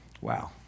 wow